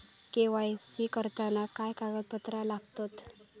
KYC करताना काय कागदपत्रा लागतत?